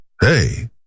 Hey